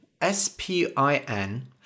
S-P-I-N